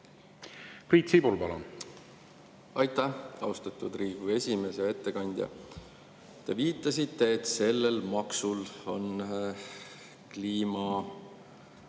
Priit Sibul, palun! Aitäh, austatud Riigikogu esimees! Hea ettekandja! Te viitasite, et sellel maksul on kliima